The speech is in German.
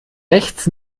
rechts